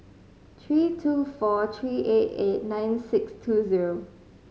three two four three eight eight nine six two zero